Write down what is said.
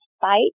fight